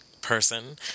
person